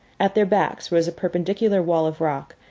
at their backs rose a perpendicular wall of rock,